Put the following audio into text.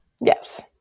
Yes